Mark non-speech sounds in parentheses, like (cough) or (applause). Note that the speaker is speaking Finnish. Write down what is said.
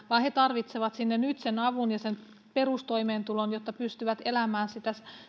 (unintelligible) vaan he tarvitsevat sinne nyt sen avun ja sen perustoimeentulon jotta pystyvät elämään sitä